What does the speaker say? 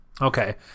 Okay